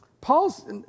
Paul's